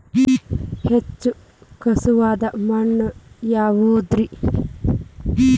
ಹೆಚ್ಚು ಖಸುವಾದ ಮಣ್ಣು ಯಾವುದು ರಿ?